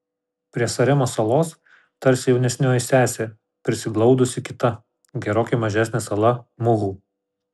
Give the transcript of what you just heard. prie saremos salos tarsi jaunesnioji sesė prisiglaudusi kita gerokai mažesnė sala muhu